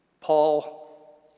Paul